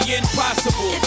impossible